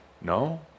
no